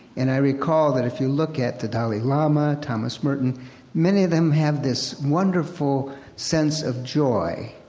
and i recall that if you look at the dalai lama, thomas merton many of them have this wonderful sense of joy.